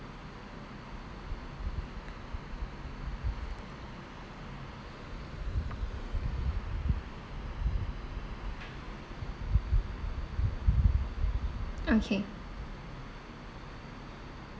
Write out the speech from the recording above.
okay